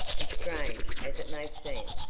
and, strange as it may seem,